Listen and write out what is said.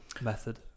method